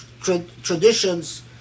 traditions